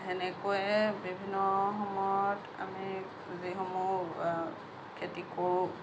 সেনেকৈয়ে বিভিন্ন সময়ত আমি যিসমূহ খেতি কৰোঁ